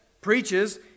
preaches